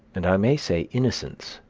and i may say innocence,